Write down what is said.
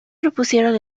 propusieron